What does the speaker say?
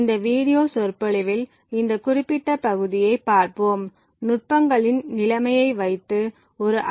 இந்த வீடியோ சொற்பொழிவில் இந்த குறிப்பிட்ட பகுதியைப் பார்ப்போம் நுட்பங்களின் நிலைமையை வைத்து ஒரு ஐ